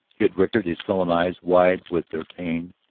kid rickard, his sullen eyes wide with their pain,